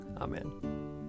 Amen